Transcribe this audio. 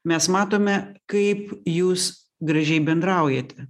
mes matome kaip jūs gražiai bendraujate